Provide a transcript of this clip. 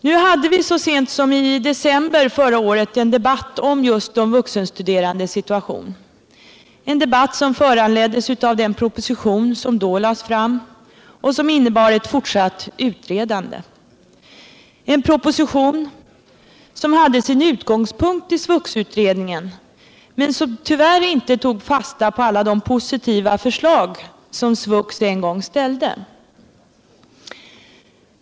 Nu hade vi så sent som i december förra året en debatt om just de vuxenstuderandes situation, en debatt som föranleddes av den proposition som då lades fram och som innebar ett fortsatt utredande, en proposition som hade sin utgångspunkt i SVUX-utredningen, men där det tyvärr inte togs fasta på alla de positiva förslag som SVUX en gång ställde.